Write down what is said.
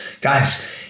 Guys